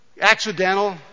Accidental